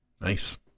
Nice